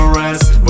rest